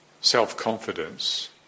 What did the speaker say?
self-confidence